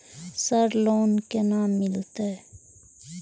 Sir loan केना मिलते?